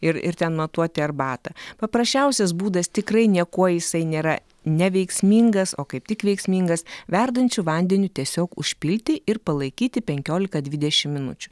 ir ir ten matuoti arbatą paprasčiausias būdas tikrai niekuo jisai nėra neveiksmingas o kaip tik veiksmingas verdančiu vandeniu tiesiog užpilti ir palaikyti penkiolika dvidešim minučių